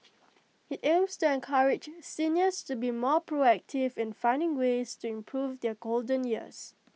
IT aims to encourage seniors to be more proactive in finding ways to improve their golden years